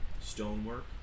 stonework